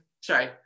Sorry